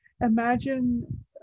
imagine